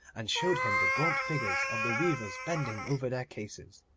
and showed him the gaunt figures of the weavers bending over their cases.